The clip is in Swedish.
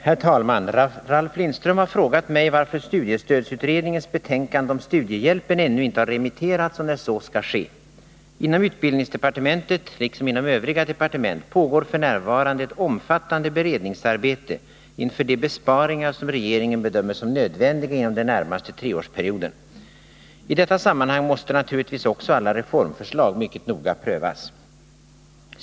Herr talman! Ralf Lindström har frågat mig varför studiestödsutredningens betänkande om studiehjälpen ännu inte har remitterats och när så skall ske. Inom utbildningsdepartementet, liksom inom övriga departement, pågår f.n. ett omfattande beredningsarbete inför de besparingar som regeringen bedömer som nödvändiga inom den närmaste treårsperioden. I detta sammanhang måste naturligtvis också alla reformförslag mycket noga prövas.